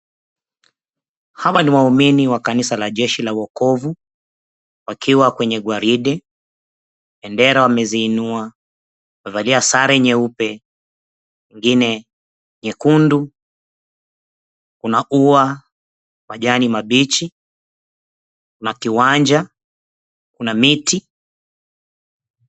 Hawa ni waumini wa kanisa la jeshi la wokovu, wakiwa kwenye gwaride, bendera wameziinua ,wamevalia sare nyeupe nyingine nyekundu, kuna ua ,majani mabichi, kuna kiwanja kuna miti.